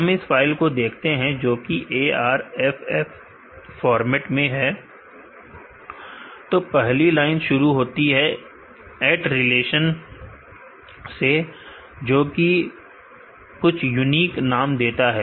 हम उस फाइल को देखते हैं जो कि ARFF फॉर्मेट में है तो पहली लाइन शुरू होती है एट रिलेशन से जोकि कुछ यूनिक नाम देता है